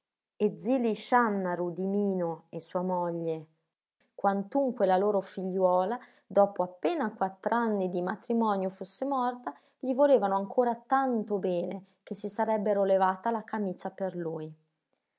e zi lisciànnaru dimìno e sua moglie quantunque la loro figliola dopo appena quattr'anni di matrimonio fosse morta gli volevano ancora tanto bene che si sarebbero levata la camicia per lui